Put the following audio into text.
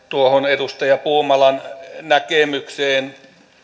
tuohon edustaja puumalan näkemykseen